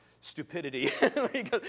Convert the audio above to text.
stupidity